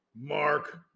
Mark